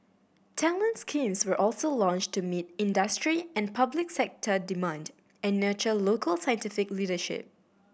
talent schemes were also launched to meet industry and public sector demand and nurture local scientific leadership